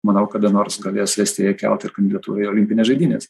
manau kada nors galės estija kelt ir kandidatūrą į olimpines žaidynes